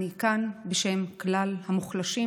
אני כאן בשם כלל המוחלשים,